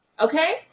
okay